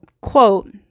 quote –